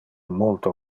multo